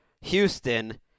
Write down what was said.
Houston